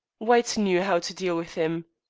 white knew how to deal with him.